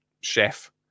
chef